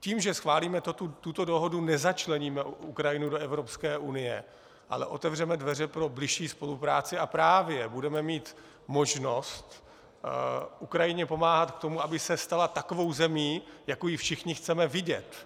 Tím, že schválíme tuto dohodu, nezačleníme Ukrajinu do Evropské unie, ale otevřeme dveře pro bližší spolupráci a právě budeme mít možnost Ukrajině pomáhat k tomu, aby se stala takovou zemí, jakou ji všichni chceme vidět.